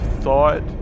thought